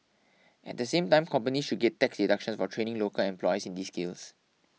at the same time companies should get tax deductions for training local employees in these skills